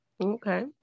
Okay